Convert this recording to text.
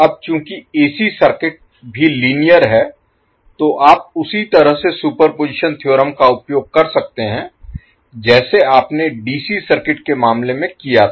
अब चूंकि AC circuit भी लीनियर है तो आप उसी तरह से सुपरपोज़िशन थ्योरम का उपयोग कर सकते हैं जैसे आपने डीसी सर्किट के मामले में किया था